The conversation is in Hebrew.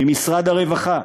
ממשרד הרווחה,